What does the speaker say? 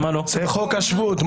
זה חוק השבות.